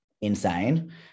insane